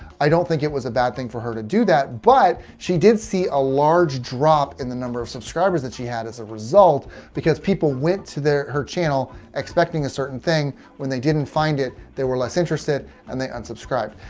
i don't think it was a bad thing for her to do that, but, she did see a large drop in the number of subscribers that she had as a result because people went to her channel expecting a certain thing when they didn't find it there were less interested and they unsubscribed.